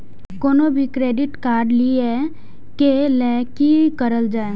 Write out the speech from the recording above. कोनो भी credit card लिए के लेल की करल जाय?